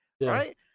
right